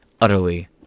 utterly